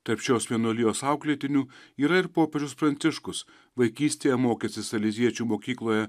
tarp šios vienuolijos auklėtinių yra ir popiežius pranciškus vaikystėje mokęsis saleziečių mokykloje